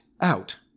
out